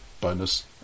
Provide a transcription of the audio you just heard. bonus